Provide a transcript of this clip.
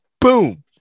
boom